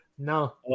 No